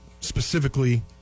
specifically